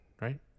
right